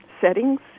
settings